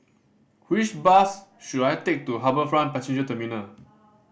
which bus should I take to HarbourFront Passenger Terminal